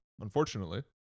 unfortunately